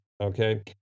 okay